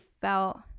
felt